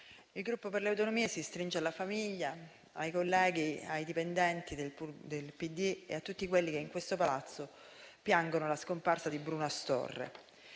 il Gruppo per le Autonomie si stringe alla famiglia, ai colleghi, ai dipendenti del PD e a tutti quelli che in questo Palazzo piangono la scomparsa di Bruno Astorre.